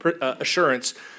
assurance